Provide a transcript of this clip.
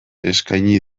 eskaini